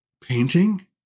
painting